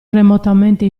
remotamente